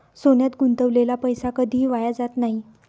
सोन्यात गुंतवलेला पैसा कधीही वाया जात नाही